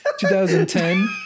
2010